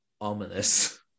ominous